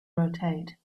rotate